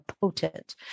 potent